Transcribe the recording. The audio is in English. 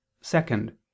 Second